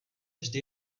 vždy